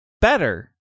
better